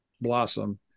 blossom